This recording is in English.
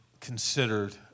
considered